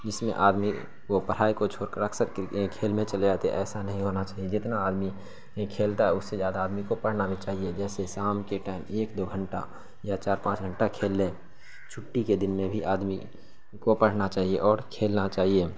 جس میں آدمی کو پڑھائی کو چھوڑ کر اکثر کھیل میں چلے جاتے ہیں ایسا نہیں ہونا چاہیے جتنا آدمی یہ کھیلتا ہے اس سے زیادہ آدمی کو پڑھنا بھی چاہیے جیسے شام کے ٹائم ایک دو گھنٹہ یا چار پانچ گھنٹہ کھیل لے چھٹی کے دن میں بھی آدمی کو پڑھنا چاہیے اور کھیلنا چاہیے